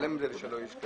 לשלם את זה ושלא ישכח,